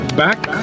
back